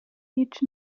each